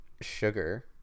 sugar